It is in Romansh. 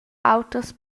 autras